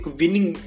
winning